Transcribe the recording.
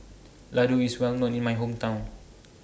Laddu IS Well known in My Hometown